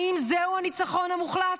האם זהו הניצחון המוחלט?